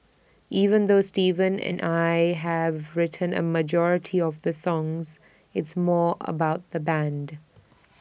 even though Steven and I have written A majority of the songs it's more about the Band